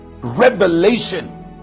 revelation